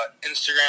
Instagram